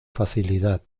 facilidad